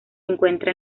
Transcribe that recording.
encuentra